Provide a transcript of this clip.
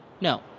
no